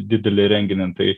didelį renginį tai